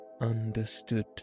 understood